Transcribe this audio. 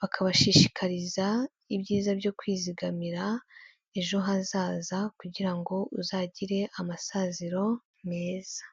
bakabashishikariza ibyiza byo kwizigamira ejo hazaza kugira ngo uzagire amasaziro meza.